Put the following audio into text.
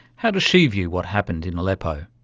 how does she view what happened in aleppo?